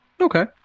Okay